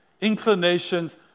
inclinations